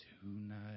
tonight